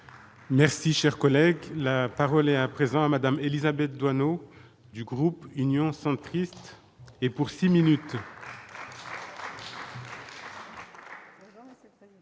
Merci, cher collègue, la parole est à présent Madame Élisabeth Doineau, du groupe Union centriste et pour 6 minutes.